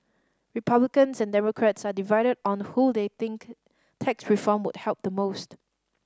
Republicans and Democrats are divided on who they think tax reform would help the most